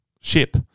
ship